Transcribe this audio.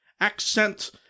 accent